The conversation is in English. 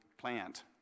plant